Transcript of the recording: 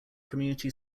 community